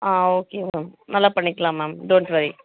ஆ okay ma'am நல்லா பண்ணிக்கலாம் ma'am don't worry